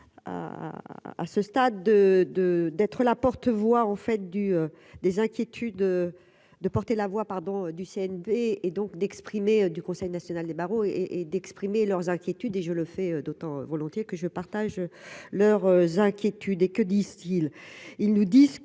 à ce stade de, de, d'être la porte-voix en fait du des inquiétudes de porter la voix pardon du CNP et donc d'exprimer du Conseil national des barreaux et et d'exprimer leurs inquiétudes et je le fais d'autant volontiers que je partage leur inquiétude et que distille, ils nous disent que